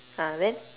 ah then